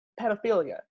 pedophilia